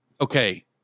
okay